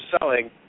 selling